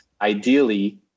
ideally